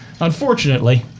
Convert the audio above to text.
Unfortunately